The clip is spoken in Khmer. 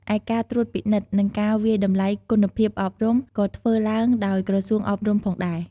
ឯការត្រួតពិនិត្យ និងការវាយតម្លៃគុណភាពអប់រំ ក៏ធ្វើឡើងដោយក្រសួងអប់រំផងដែរ។